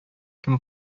кем